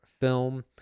film